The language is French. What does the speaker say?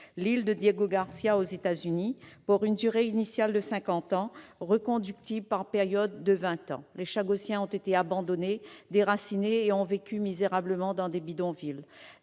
l'île de Diego Garcia aux États-Unis pour une durée initiale de cinquante ans, reconductible par périodes de vingt ans. Les Chagossiens ont été abandonnés, déracinés et ont vécu misérablement dans des bidonvilles.